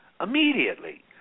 immediately